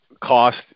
cost